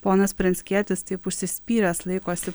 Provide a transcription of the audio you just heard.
ponas pranckietis taip užsispyręs laikosi